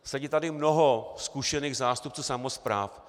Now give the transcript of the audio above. Sedí tady mnoho zkušených zástupců samospráv.